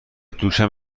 دوشم